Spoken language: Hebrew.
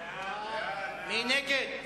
מי נגד?